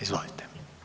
Izvolite.